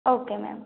okay ma'am